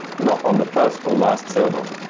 not on the first or last syllable.